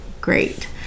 great